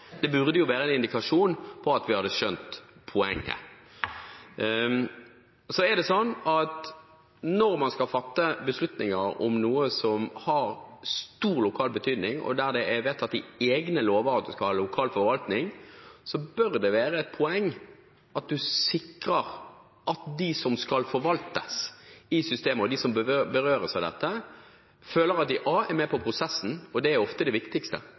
Det burde jo være en indikasjon på at vi hadde skjønt poenget. Når man skal fatte beslutninger om noe som har stor lokal betydning, og der det er vedtatt i egne lover at man skal ha lokal forvaltning, bør det være et poeng at man sikrer at de som skal forvaltes i systemet, og de som berøres av dette, føler at de er med på prosessen. Det er ofte det viktigste.